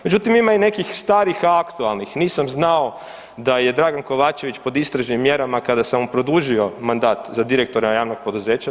Međutim, ima i nekih starih aktualnih, „Nisam znao da je Dragan Kovačević pod istražnim mjerama kada sam mu produžio mandat za direktora javnog poduzeća“